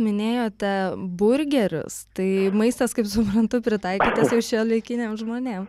minėjote burgerius tai maistas kaip suprantu pritaikytas jau šiuolaikiniam žmonėm